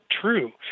true